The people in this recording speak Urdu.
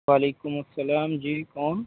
وعلیکم السلام جی کون